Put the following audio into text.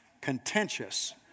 contentious